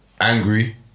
angry